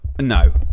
No